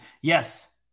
Yes